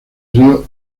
río